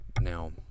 now